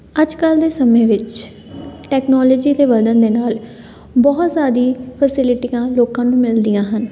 ਅੱਜ ਕੱਲ੍ਹ ਦੇ ਸਮੇਂ ਵਿੱਚ ਟੈਕਨੋਲੋਜੀ ਦੇ ਵਧਣ ਦੇ ਨਾਲ ਬਹੁਤ ਸਾਰੀ ਫਸਿਲਿਟੀਈਆਂ ਲੋਕਾਂ ਨੂੰ ਮਿਲਦੀਆਂ ਹਨ